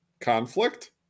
conflict